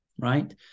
Right